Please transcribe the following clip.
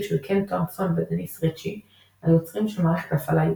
של קן תומפסון ודניס ריצ'י היוצרים של מערכת ההפעלה יוניקס,